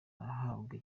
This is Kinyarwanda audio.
arahabwa